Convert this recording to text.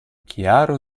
chiaro